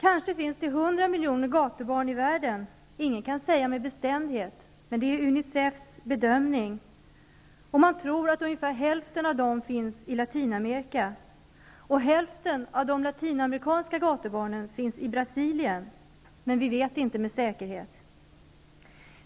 Det finns kanske 100 miljoner gatubarn i världen. Ingen kan säga med bestämdhet, men det är UNICEF:s bedömning. Man tror att ungefär hälften av dem finns i Latinamerika, och hälften av de latinamerikanska gatubarnen finns i Brasilien. Vi vet inte med säkerhet.